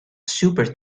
super